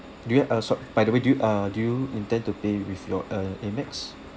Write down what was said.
do you uh so~ by the way do you uh do you intend to pay with your uh amex